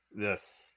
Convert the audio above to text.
Yes